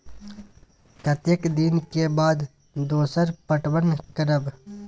कतेक दिन के बाद दोसर पटवन करब?